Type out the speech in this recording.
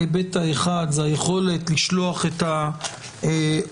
ההיבט האחד זה היכולת לשלוח את ההודעה